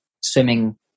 swimming